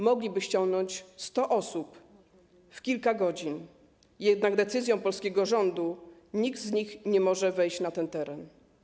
Mogliby ściągnąć 100 osób w kilka godzin, jednak decyzją polskiego rządu nikt z nich nie może wejść na ten teren.